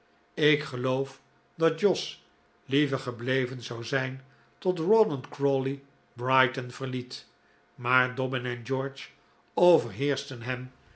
ik geloof dat jos liever gebleven zou zijn tot rawdon crawley brighton verliet maar dobbin en george overheerschten hem